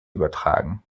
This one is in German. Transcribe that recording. übertragen